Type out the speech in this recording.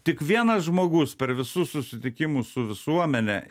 tik vienas žmogus per visus susitikimus su visuomene